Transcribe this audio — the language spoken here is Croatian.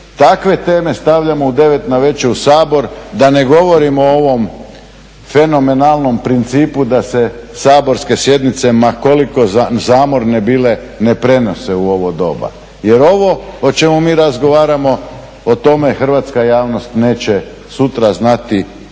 takve teme stavljamo u 9 navečer u Sabor da ne govorim o ovom fenomenalnom principu da se saborske sjednice ma koliko zamorne bile ne prenose u ovo doba, jer ovo o čemu mi razgovaramo o tome hrvatska javnost neće sutra znati